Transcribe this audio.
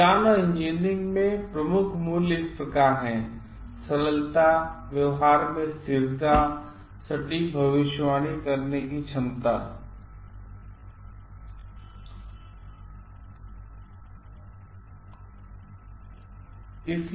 विज्ञान और इंजीनियरिंग में प्रमुख मूल्य इस प्रकार हैं सरलताव्यवहारमें स्थिरताऔर सटीक भविष्यवाणी करने की क्षमता है